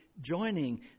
joining